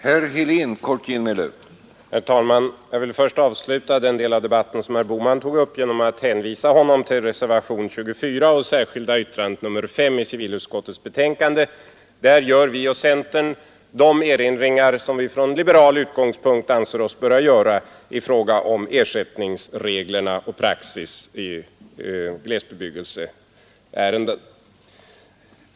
Herr talman! Jag vill först avsluta den del av debatten som herr Bohman tog upp genom att hänvisa honom till reservationen 24 och det särskilda yttrandet nr 5 vid civilutskottets betänkande. Där gör vi och centern de erinringar som vi från liberal utgångspunkt anser oss böra göra i fråga om ersättningsreglerna och praxis i glesbebyggelseärenden.